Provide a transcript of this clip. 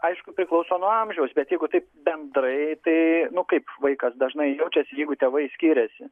aišku priklauso nuo amžiaus bet jeigu taip bendrai tai kaip vaikas dažnai jaučiasi jeigu tėvai skiriasi